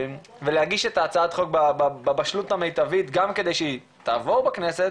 ולהגיש את הצעת החוק בבשלות המיטבית גם כדי שהיא תעבור בכנסת